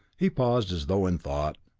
he paused as though in thought,